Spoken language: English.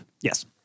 Yes